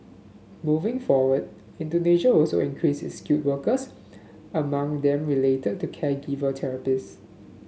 moving forward Indonesia also increase its skilled workers among them related to caregiver therapists